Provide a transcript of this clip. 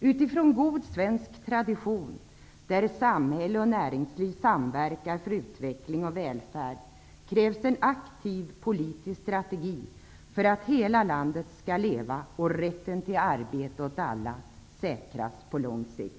Utifrån en god svensk tradition, där samhälle och näringsliv samverkar för utveckling och välfärd, krävs en aktiv politisk strategi för att hela landet skall leva och rätten till arbete åt alla skall säkras på lång sikt.